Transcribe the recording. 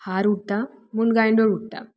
हार उडता म्हूण गायंडोळ उडटा